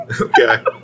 Okay